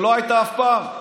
שלא הייתה אף פעם,